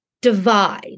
divide